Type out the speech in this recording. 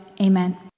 Amen